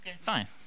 Fine